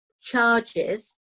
charges